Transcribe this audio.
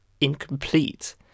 incomplete